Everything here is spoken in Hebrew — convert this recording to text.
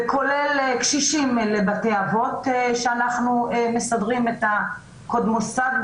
וכולל קשישים לבתי אבות שאנחנו מסדרים את "קוד מוסד",